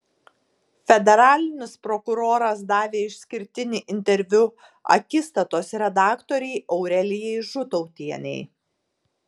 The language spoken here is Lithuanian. federalinis prokuroras davė išskirtinį interviu akistatos redaktorei aurelijai žutautienei